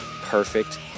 perfect